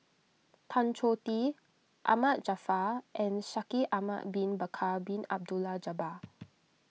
Tan Choh Tee Ahmad Jaafar and Shaikh Ahmad Bin Bakar Bin Abdullah Jabbar